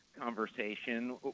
conversation